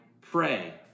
pray